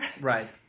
Right